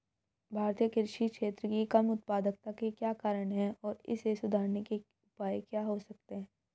भारतीय कृषि क्षेत्र की कम उत्पादकता के क्या कारण हैं और इसे सुधारने के उपाय क्या हो सकते हैं?